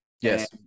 yes